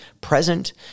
present